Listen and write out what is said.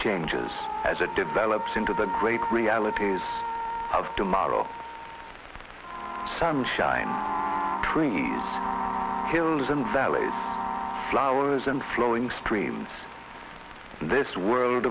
changes as it develops into the great realities of tomorrow sunshine premies hills and valleys flowers and flowing streams this world